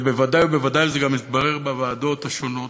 ובוודאי ובוודאי, וזה גם התברר בוועדות השונות,